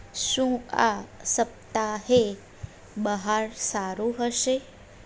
શું આ સપ્તાહે બહાર સારું હશે